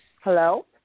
Hello